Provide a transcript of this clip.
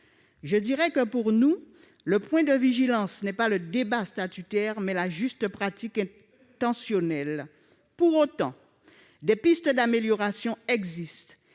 de notre statut. Pour nous, le point de vigilance n'est pas le débat statutaire, mais est la juste pratique institutionnelle. Pour autant, des pistes d'amélioration existent.